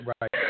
Right